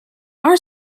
our